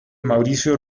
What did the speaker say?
mauricio